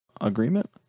agreement